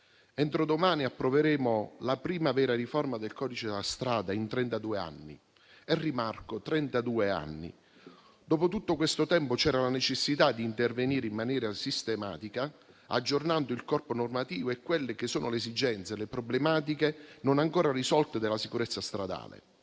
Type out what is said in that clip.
entro domani approveremo la prima vera riforma del codice della strada in trentadue anni. Rimarco: trentadue anni. Dopo tutto questo tempo, c'era la necessità di intervenire in maniera sistematica, aggiornando il corpo normativo alle esigenze e alle problematiche non ancora risolte della sicurezza stradale.